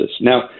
Now